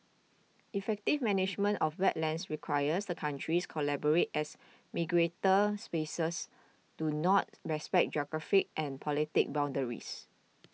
effective management of wetlands requires the countries collaborate as migratory species do not respect geographic and political boundaries